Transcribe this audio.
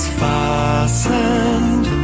fastened